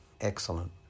excellent